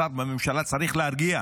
שר בממשלה צריך להרגיע,